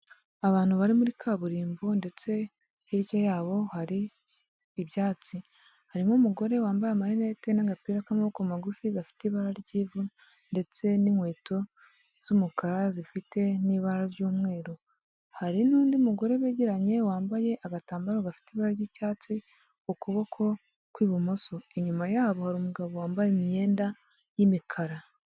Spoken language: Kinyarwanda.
Abantu bari muri kaburimbo, ndetse hirya yabo hari ibyatsi, harimo umugore wambaye amarinete n'agapira k'amaboko magufi gafite ibara ry'ivu, ndetse n'inkweto z'umukara zifite n'ibara ry'umweru, hari n'undi mugore begeranye wambaye agatambaro gafite ibara ry'icyatsi, ukuboko kw'ibumoso inyuma yabo hari umugabo wambaye imyenda y'imikara.